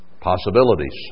possibilities